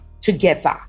together